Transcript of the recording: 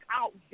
out